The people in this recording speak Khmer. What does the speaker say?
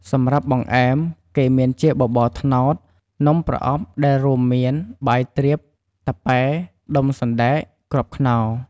សម្រាប់បង្អែម គេមានជាបបរត្នោត នំប្រអប់ដែលរួមមានបាយទ្រាប តាប៉ែ ដុំសណ្តែក គ្រាប់ខ្នុរ។